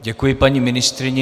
Děkuji paní ministryni.